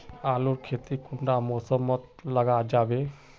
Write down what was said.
आलूर खेती कुंडा मौसम मोत लगा जाबे?